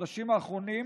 בחודשים האחרונים